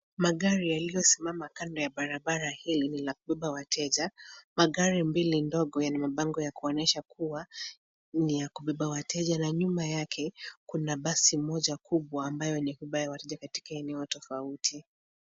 Magari yaliyosimama kando ya barabara hii ni la kubeba wateja. Magari mbili ndogo yenye mabango ya kuonyesha kuwa ni ya kubeba wateja na nyuma yake kuna basi moja kubwa ambayo ni ya kubeba wateja katika eneo tofauti.